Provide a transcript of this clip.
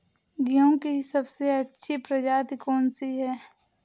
गेहूँ की सबसे अच्छी प्रजाति कौन सी है?